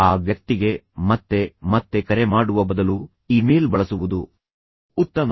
ಆ ವ್ಯಕ್ತಿಗೆ ಮತ್ತೆ ಮತ್ತೆ ಕರೆ ಮಾಡುವ ಬದಲು ಇಮೇಲ್ ಬಳಸುವುದು ಉತ್ತಮ